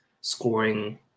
scoring